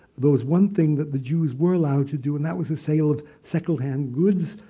there was one thing that the jews were allowed to do and that was the sale of second-hand goods